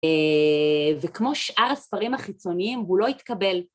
וכמו שאר הספרים החיצוניים הוא לא התקבל.